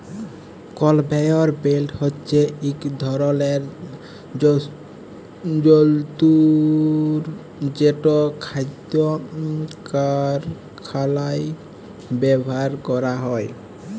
conveyor belt হছে ইক ধরলের যল্তর যেট খাইদ্য কারখালায় ব্যাভার ক্যরা হ্যয়